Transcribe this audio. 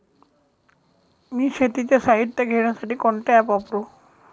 मी शेतीचे साहित्य घेण्यासाठी कोणते ॲप वापरु?